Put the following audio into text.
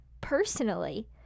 personally